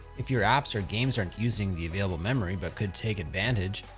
if your apps or games aren't using the available memory but could take advantage,